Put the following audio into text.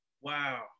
Wow